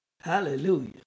Hallelujah